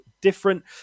different